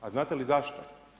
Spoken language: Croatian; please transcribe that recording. A znate li zašto?